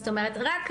זאת אומרת רק,